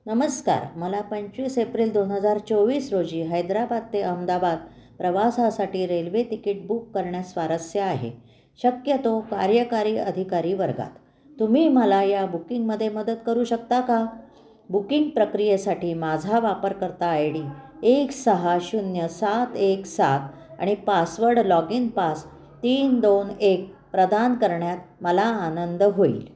नमस्कार मला पंचवीस एप्रिल दोन हजार चोवीस रोजी हैदराबाद ते अहमदाबाद प्रवासासाठी रेल्वे तिकीट बुक करण्यात स्वारस्य आहे शक्यतो कार्यकारी अधिकारी वर्गात तुम्ही मला या बुकिंगमध्ये मदत करू शकता का बुकिंग प्रक्रियेसाठी माझा वापरकर्ता आय डी एक सहा शून्य सात एक सात आणि पासवर्ड लॉग इन पास तीन दोन एक प्रदान करण्यात मला आनंद होईल